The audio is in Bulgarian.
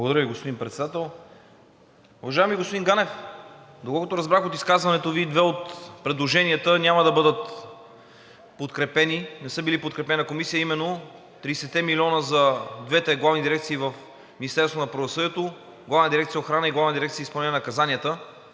Благодаря Ви, господин Председател. Уважаеми господин Ганев, доколкото разбрах от изказването Ви, две от предложенията не са били подкрепени на Комисията, именно – 30 милиона за двете главни дирекции в Министерството на правосъдието, Главна дирекция „Охрана“ и Главна дирекция „Изпълнение на наказанията“,